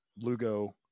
Lugo